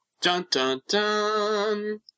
Dun-dun-dun